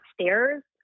stairs